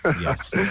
Yes